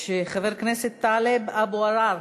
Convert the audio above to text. חבר הכנסת טלב אבו עראר,